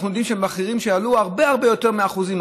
אנחנו יודעים שהמחירים עלו הרבה הרבה יותר באחוזים.